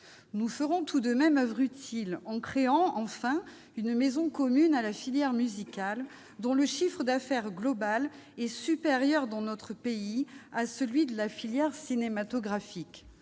Nous ferons tout de même oeuvre utile en créant, enfin, une maison commune à la filière musicale, dont le chiffre d'affaires global est supérieur dans notre pays à celui de la filière cinématographique.